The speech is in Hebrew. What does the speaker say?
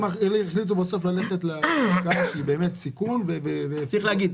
היה והם החליטו ללכת בסוף להשקעה שהיא באמת סיכון ו --- צריך להגיד,